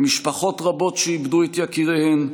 למשפחות רבות שאיבדו את יקיריהן,